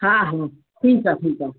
हा हा ठीकु आहे ठीकु आहे